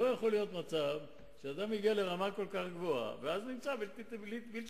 לא יכול להיות מצב שאדם מגיע לרמה כל כך גבוהה ואז נמצא בלתי מתאים.